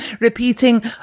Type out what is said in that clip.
repeating